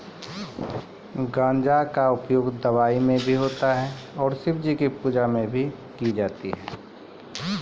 गांजा कॅ उपयोग कई बहुते दवाय के साथ शिवजी के पूजा मॅ भी करलो जाय छै